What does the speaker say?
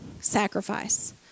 sacrifice